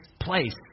place